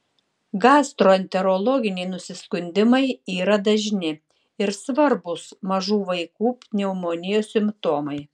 gastroenterologiniai nusiskundimai yra dažni ir svarbūs mažų vaikų pneumonijos simptomai